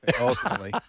ultimately